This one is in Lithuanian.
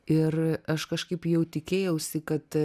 ir aš kažkaip jau tikėjausi kad